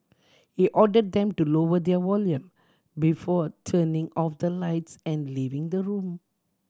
he ordered them to lower their volume before turning off the lights and leaving the room